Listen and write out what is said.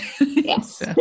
yes